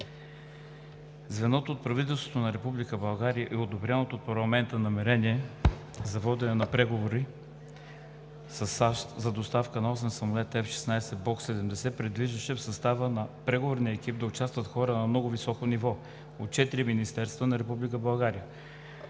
Звеното от правителството на Република България и одобреното от парламента намерение за водене на преговори със САЩ за доставка на осем самолета F 16 Block 70 предвиждаше в състава на преговорния екип да участват хора на много високо ниво от четири министерства на